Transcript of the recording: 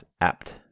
apt